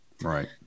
Right